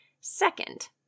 Second